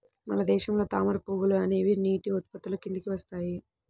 మన దేశంలో తామర పువ్వులు అనేవి నీటి ఉత్పత్తుల కిందికి వస్తాయి